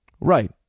Right